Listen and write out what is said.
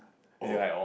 oh